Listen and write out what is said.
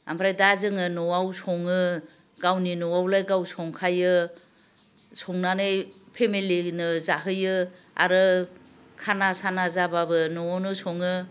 आमफ्राय दा जोङो न'आव सङो गावनि न'आवलाय गाव संखायो संनानै फेमिलिनो जाहोयो आरो खाना साना जाब्लाबो न'आवनो सङो